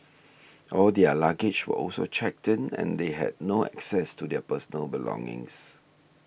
all their luggage were also checked in and they had no access to their personal belongings